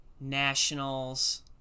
Nationals